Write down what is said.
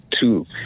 two